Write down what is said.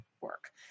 work